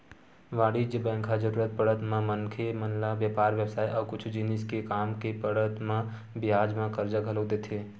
वाणिज्य बेंक ह जरुरत पड़त म मनखे मन ल बेपार बेवसाय अउ कुछु जिनिस के काम के पड़त म बियाज म करजा घलोक देथे